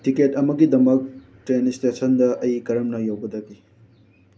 ticket ꯑꯃꯒꯤꯗꯃꯛ train ꯏꯁꯇꯦꯁꯟꯗ ꯑꯩ ꯀꯔꯝꯅ ꯌꯧꯒꯗꯒꯦ